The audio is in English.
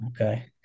Okay